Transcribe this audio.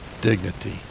dignity